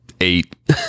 eight